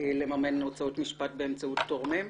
לממן לו הוצאות משפט באמצעות תורמים.